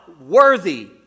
worthy